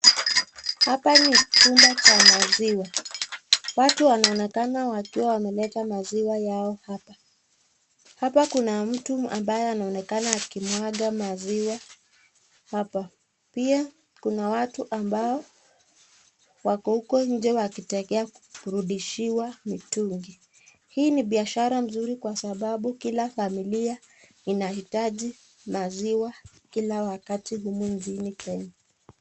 Hapa ni chumba ya maziwa, watu wanaonekana wakiwa wameketa maziwa yao hapa, hapa kuna mtu anaonekana akimwaga maziwa hapa, pia kuna watu huko nje wakitegea kurudishiwa mitungi. Hii ni biashara mzuri kwa sababu kila familia inahitaji maziwa kila wakati humu nchini kenya.